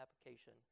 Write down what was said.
application